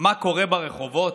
מה קורה ברחובות?